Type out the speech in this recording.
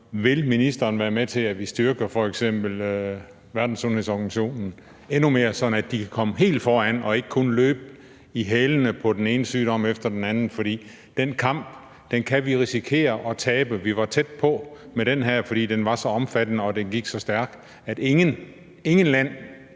Vil ministeren være med til, at vi styrker f.eks. Verdenssundhedsorganisationen, WHO, endnu mere, så de kan komme helt foran og ikke kun løbe i hælene på den ene sygdom efter den anden? For den kamp kan vi risikere at tabe. Vi var tæt på med den her, fordi den var så omfattende og gik så stærkt, at ingen,